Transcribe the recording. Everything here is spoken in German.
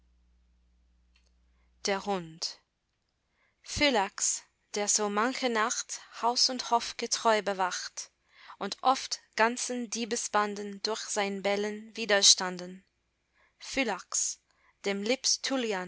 der hund phylax der so manche nacht haus und hof getreu bewacht und oft ganzen diebesbanden durch sein bellen widerstanden phylax dem